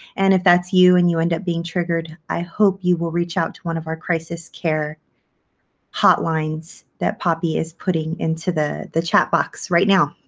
and if that's you and you end up being triggered, i hope you will reach out to one of our crisis care hotlines that poppy is putting into the the chat box right now.